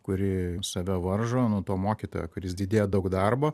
kuri save varžo nu to mokytojo kuris didėja daug darbo